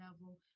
level